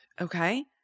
okay